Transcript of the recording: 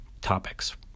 topics